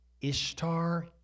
Ishtar